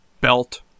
belt